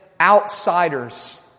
outsiders